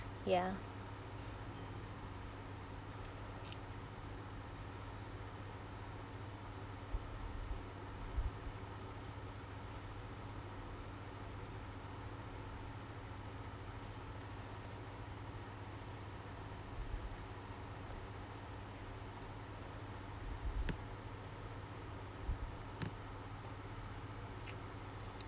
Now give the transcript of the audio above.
ya